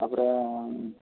ତାପରେ